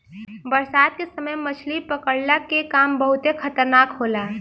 बरसात के समय मछली पकड़ला के काम बहुते खतरनाक होला